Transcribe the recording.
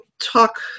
talk